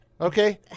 Okay